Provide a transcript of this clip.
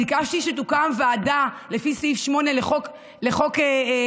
ביקשתי שתוקם ועדה לפי סעיף 8 לחוק הממשלה.